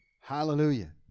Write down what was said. Hallelujah